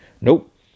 Nope